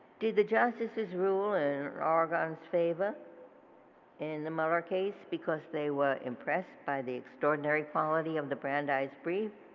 did the justices rule in oregon's favor in the muller case because they were impressed by the extraordinary quality of the brandeis brief?